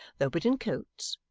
though but in coats.